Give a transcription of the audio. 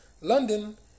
London